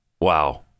Wow